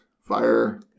fire